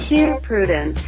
here, prudence,